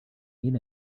mean